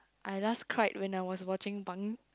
I last cried when I was watching Bang